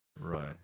Right